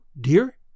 dear